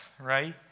right